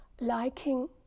Liking